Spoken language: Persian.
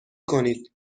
کنید